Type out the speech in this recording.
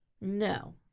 No